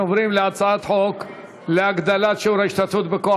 אנחנו עוברים להצעת חוק להגדלת שיעור ההשתתפות בכוח